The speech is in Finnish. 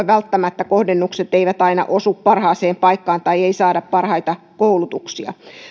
välttämättä kohdennukset eivät aina osu parhaaseen paikkaan tai ei saada parhaita koulutuksia